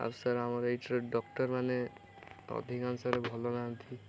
ଆଉ ସାର୍ ଆମର ଏଠାରେ ଡକ୍ଟରମାନେ ଅଧିକାଂଶରେ ଭଲ ନାହାନ୍ତି